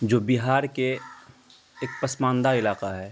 جو بہار کے ایک پسماندہ علاقہ ہے